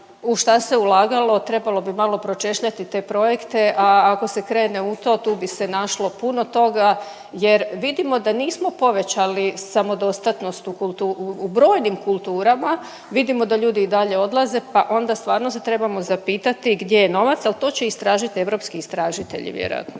U šta se ulagalo, trebalo bi malo pročešljati te projekte, a ako se krene u to tu bi se našlo puno toga jer vidimo da nismo povećali samodostatnost u brojnim kulturama, vidimo da ljudi i dalje odlaze pa onda stvarno se trebamo zapitati gdje je novac, ali to će istražit europski istražitelji vjerojatno.